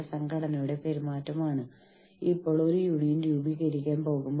ജീവനക്കാർ എപ്പോഴാണ് യൂണിയനുകളിൽ ചേരുന്നത്